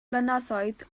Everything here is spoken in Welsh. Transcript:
blynyddoedd